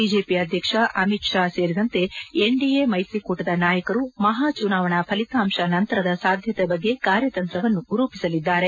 BJP ಅಧ್ಯಕ್ಷ ಅಮಿತ್ಶಾ ಸೇರಿದಂತೆ NDA ಮೈತ್ರಿಕೂಟದ ನಾಯಕರು ಮಹಾಚುನಾವಣಾ ಫಲಿತಾಂಶ ನಂತರದ ಸಾಧ್ಯತೆ ಬಗ್ಗೆ ಕಾರ್ಯತೆಂತ್ರವನ್ನು ರೂಪಿಸಲಿದ್ದಾರೆ